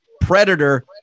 predator